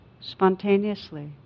spontaneously